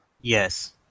Yes